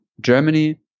Germany